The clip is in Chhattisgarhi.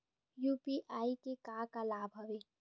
यू.पी.आई के का का लाभ हवय?